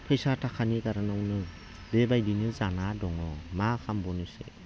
फैसा ताकानि कारनावनो बेबायदिनो जाना दङ मा खालामबावनोसै